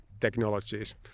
technologies